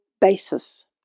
basis